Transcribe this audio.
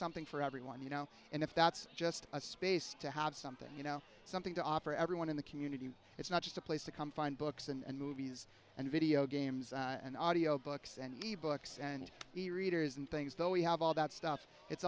something for everyone you know and if that's just a space to have something you know something to offer everyone in the community it's not just a place to come find books and movies and video games and audio books and e books and the readers and things that we have all that stuff it's